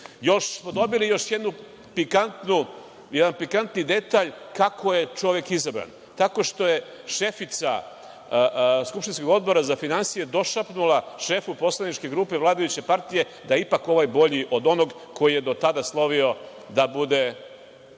smo još jedan pikantni detalj kako je čovek izabran – tako što je šefica Skupštinskog odbora za finansije došapnula šefu poslaničke grupe vladajuće partije da je ipak ovaj bolji od onog ko je do tada slovio da bude